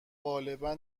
غالبا